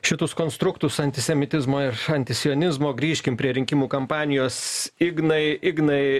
šitus konstruktus antisemitizmo ir antisionizmo grįžkim prie rinkimų kampanijos ignai ignai